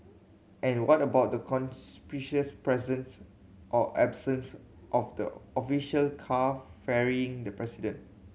and what about the conspicuous presence or absence of the official car ferrying the president